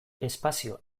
espazio